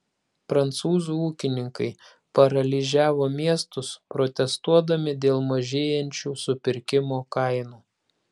prancūzų ūkininkai paralyžiavo miestus protestuodami dėl mažėjančių supirkimo kainų